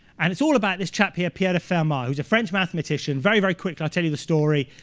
and it's all about this chap here, pierre de fermat, who was a french mathematician. very, very quickly i'll tell you the story.